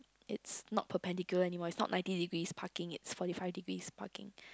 is not perpendicular anymore is not ninety degrees parking is forty five degrees parking